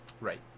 Right